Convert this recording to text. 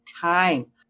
time